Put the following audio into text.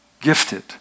gifted